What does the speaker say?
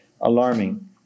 alarming